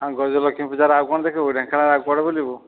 ହଁ ଗଜଲକ୍ଷ୍ମୀ ପୂଜାରେ ଆଉ କ'ଣ ଦେଖିବୁ ଢେଙ୍କାନାଳ ଆଉ କୁଆଡ଼େ ବୁଲିବୁ